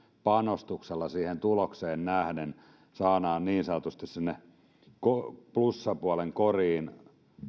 panostuksella siihen tulokseen nähden saadaan niin sanotusti sinne plussapuolen koriin